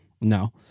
No